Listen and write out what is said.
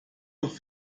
doch